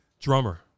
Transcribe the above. drummer